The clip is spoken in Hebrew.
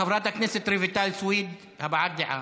חברת הכנסת רויטל סויד, הבעת דעה.